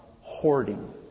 hoarding